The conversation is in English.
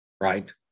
right